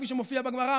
כפי שמופיע בגמרא,